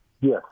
Yes